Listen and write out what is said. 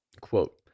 Quote